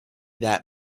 that